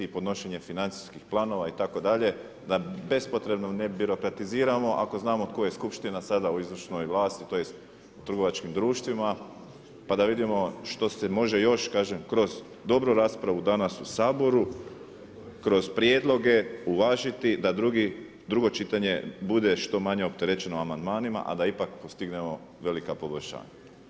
Podnošenje financijskih planova itd., da bespotrebno ne birokratiziramo ako znamo tko je skupština sada u izvršnoj vlasti, tj. u trgovačkim društvima, pa da vidimo što se može još kažem kroz dobru raspravu danas u Saboru, kroz prijedloge uvažiti da drugo čitanje bude što manje opterećeno amandmanima, a da ipak postignemo velika poboljšanja.